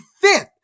fifth